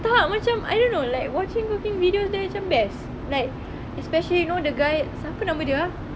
tak macam I don't know like watching cooking videos then macam best like especially you know the guy siapa nama dia ah